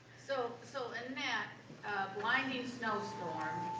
so, so and annette, blinding snowstorm,